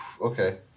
Okay